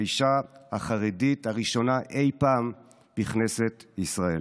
האישה החרדית הראשונה אי פעם בכנסת ישראל,